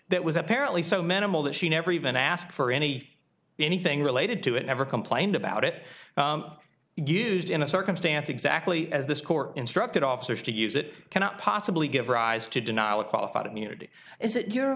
that was apparently so minimal that she never even asked for any anything related to it never complained about it used in a circumstance exactly as this court instructed officers to use it cannot possibly give rise to denial of qualified immunity is it your